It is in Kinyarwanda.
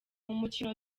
umukino